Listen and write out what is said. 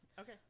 Okay